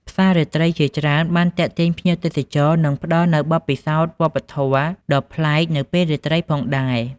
ផ្សាររាត្រីជាច្រើនបានទាក់ទាញភ្ញៀវទេសចរ និងផ្ដល់នូវបទពិសោធន៍វប្បធម៌ដ៏ប្លែកនៅពេលរាត្រីផងដែរ។